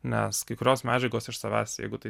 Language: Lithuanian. nes kai kurios medžiagos iš savęs jeigu tai